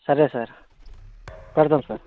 సరే సార్ పెడదాము సార్